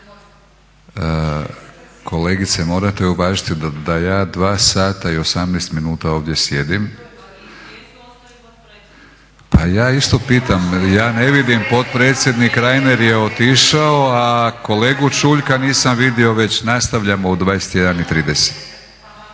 Kolegice morate uvažiti da ja 2 sata i 18 minuta ovdje sjedim …/Upadica se ne čuje./… pa i ja isto pitam, ja ne vidim potpredsjednik Reiner je otišao, a kolegu Čuljka nisam vidio već. Nastavljamo u 21,30.